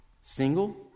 Single